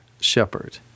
shepherd